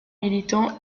militants